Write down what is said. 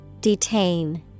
Detain